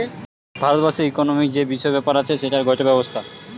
ভারত বর্ষের ইকোনোমিক্ যে বিষয় ব্যাপার আছে সেটার গটে ব্যবস্থা